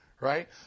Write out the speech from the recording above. right